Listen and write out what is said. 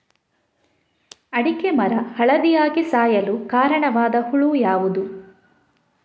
ಅಡಿಕೆ ಮರ ಹಳದಿಯಾಗಿ ಸಾಯಲು ಕಾರಣವಾದ ಹುಳು ಯಾವುದು?